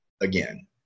again